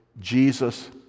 Jesus